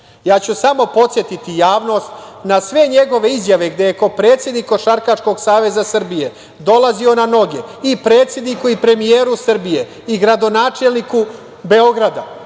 Ja ću samo podsetiti javnost na sve njegove izjave gde je kao predsednik Košarkaškog Saveza Srbije dolazio na noge i predsedniku i premijeru Srbije i gradonačelniku Beograda